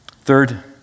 Third